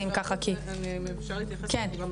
אני לא אחזור על הרבה מאוד דברים שנאמרו כאן לגבי